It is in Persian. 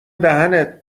دهنت